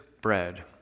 bread